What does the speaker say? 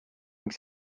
ning